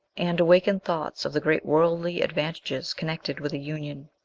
and awakened thoughts of the great worldly advantages connected with a union.